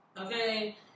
okay